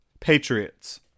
Patriots